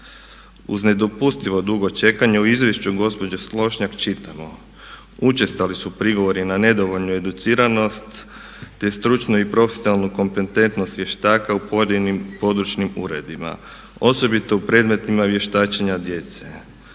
Uz nedopustivo dugo čekanje u izvješću gospođe Slonjšak čitamo: „Učestali su prigovori na nedovoljnu educiranost, te stručnu i profesionalnu kompetentnost vještaka u pojedinim područnim uredima, osobito u predmetima vještačenja djece.